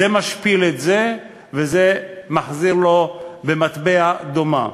זה משפיל את זה וזה מחזיר לו במטבע דומה.